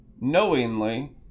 knowingly